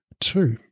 two